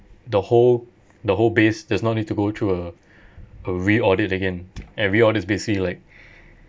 the whole the whole base does not need to go through a a re-audit again every audit is basically like